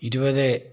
ഇരുപത്